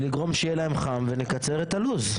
לגרום שיהיה להם חם ונקצר את הלו"ז.